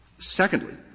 secondly,